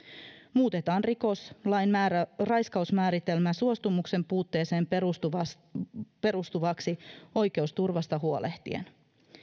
muutetaan rikoslain raiskausmääritelmä suostumuksen puutteeseen perustuvaksi perustuvaksi oikeusturvasta huolehtien